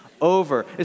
over